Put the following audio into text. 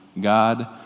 God